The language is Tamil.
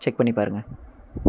செக் பண்ணிப் பாருங்கள்